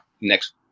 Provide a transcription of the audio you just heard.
next